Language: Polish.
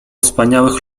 wspaniałych